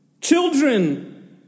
children